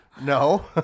No